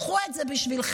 קחו את זה בשבילכם.